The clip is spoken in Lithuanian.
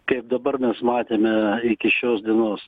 kaip dabar mes matėme iki šios dienos